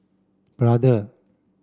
brother